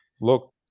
look